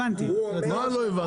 מה לא הבנת?